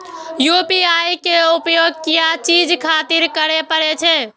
UPI के उपयोग किया चीज खातिर करें परे छे?